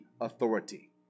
authority